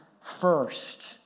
first